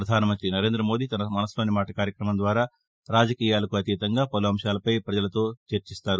ప్రధాస మంతి నరేంద్ర మోదీ తన మనస్సులోని మాట కార్యక్రమం ద్వారా రాజకీయాలకు అతీతంగా పలు అంశాలపై పజలతో చర్చిస్తారు